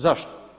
Zašto?